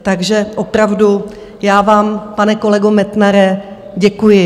Takže opravdu, já vám, pane kolego Metnare, děkuji.